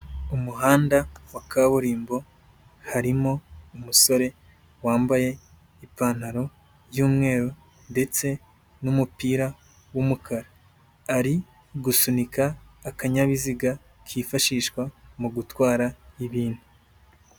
Umuhanda wa kaburimbo, harimo umusore wambaye ipantaro y'umweru ndetse n'umupira w'umukara. Ari gusunika akanyabiziga kifashishwa mu gutwara ibintu.